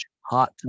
hot